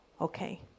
Okay